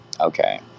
Okay